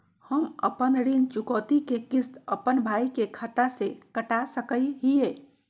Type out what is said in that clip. हम अपन ऋण चुकौती के किस्त, अपन भाई के खाता से कटा सकई हियई?